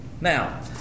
now